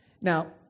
Now